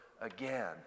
again